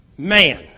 Man